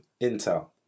Intel